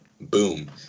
boom